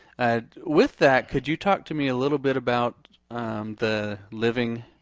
and with that could you talk to me a little bit about the living,